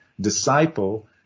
disciple